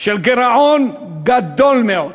של גירעון גדול מאוד.